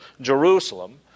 Jerusalem